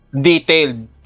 detailed